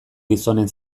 gizonen